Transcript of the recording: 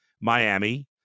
Miami